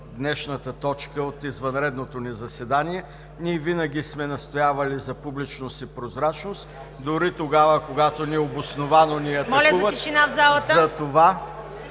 днешната точка от извънредното ни заседание. Ние винаги сме настоявали за публичност и прозрачност дори тогава, когато необосновано ни атакуват… (Шум